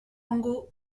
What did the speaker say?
angot